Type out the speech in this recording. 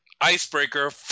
Icebreaker